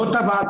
לא את הוועדה,